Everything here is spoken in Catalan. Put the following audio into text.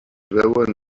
veuen